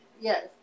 Yes